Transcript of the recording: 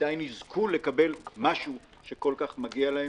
עדיין יזכו לקבל משהו שכל כך מגיע להם.